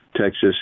Texas